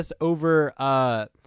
over